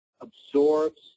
absorbs